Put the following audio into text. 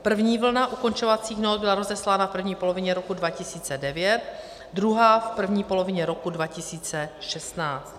První vlna ukončovacích nót byla rozeslána v první polovině roku 2009, druhá v první polovině roku 2016.